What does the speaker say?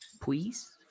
please